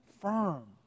firm